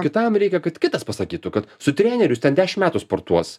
kitam reikia kad kitas pasakytų kad su treneriu jis ten dešimt metų sportuos